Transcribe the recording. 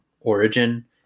Origin